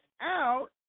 out